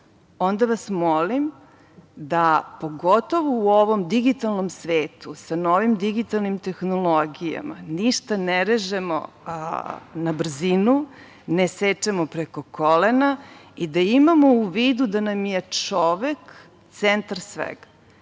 onda vas molim da pogotovo u ovom digitalnom svetu, sa novim digitalnim tehnologijama, ništa ne režemo na brzinu, ne sečemo preko kolena i da imamo u vidu da nam je čovek centar